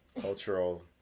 cultural